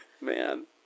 Man